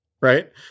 right